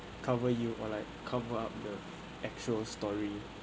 cover you or like come up with the actual story